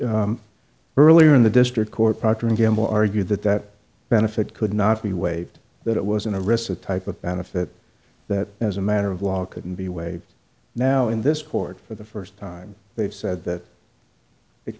judge earlier in the district court procter and gamble argued that that benefit could not be waived that it wasn't a risk that type of benefit that as a matter of law couldn't be waived now in this court for the first time they've said that it